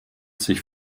sich